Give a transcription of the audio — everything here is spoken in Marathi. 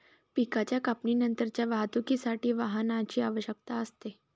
पिकाच्या कापणीनंतरच्या वाहतुकीसाठी वाहनाची आवश्यकता असते